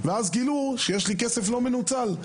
ואז גילו שיש לי כסף לא מנוצל.